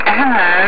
Hello